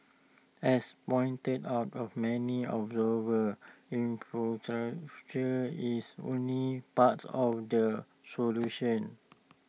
as pointed out of many observers is only parts of the solution